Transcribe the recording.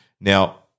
Now